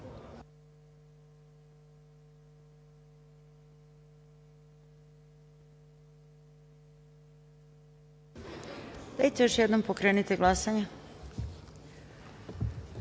niko. Dajte još jednom pokrenite glasanje. Na